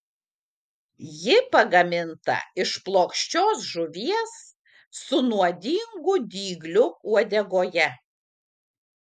ji pagaminta iš plokščios žuvies su nuodingu dygliu uodegoje